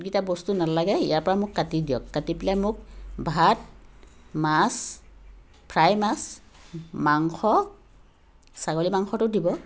এইকেইটা বস্তু নালাগে ইয়াৰপৰা মোক কাটি দিয়ক কাটি পেলাই মোক ভাত মাছ ফ্ৰাই মাছ মাংস ছাগলী মাংসটো দিব